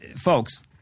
folks